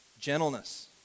Gentleness